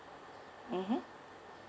mmhmm